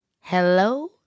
Hello